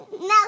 No